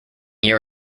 year